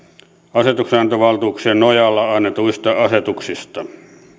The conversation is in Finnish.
asetuksenantovaltuuksien nojalla annetuista asetuksista